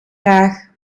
graag